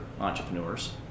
entrepreneurs